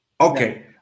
Okay